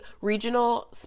regional